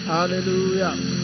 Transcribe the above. Hallelujah